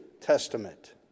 testament